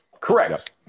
Correct